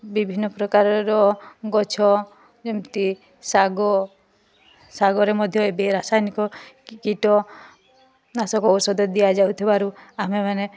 ବିଭିନ୍ନ ପ୍ରକାରର ଗଛ ଯେମିତି ଶାଗ ଶାଗରେ ମଧ୍ୟ ଏବେ ରାସାୟନିକ କୀଟନାଶକ ଔଷଧ ଦିଆ ଯାଉଥିବାରୁ ଆମେମାନେ